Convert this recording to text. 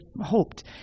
hoped